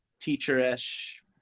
teacher-ish